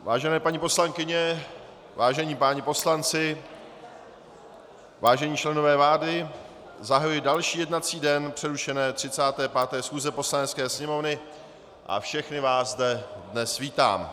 Vážené paní poslankyně, vážení páni poslanci, vážení členové vlády, zahajuji další jednací den přerušené 35. schůze Poslanecké sněmovny a všechny vás zde dnes vítám.